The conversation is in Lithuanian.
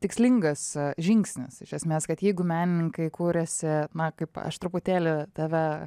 tikslingas žingsnis iš esmės kad jeigu menininkai kuriasi na kaip aš truputėlį tave